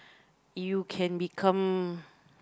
you can become